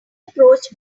approach